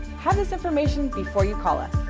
have this information before you call us!